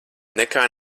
nekā